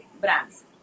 brands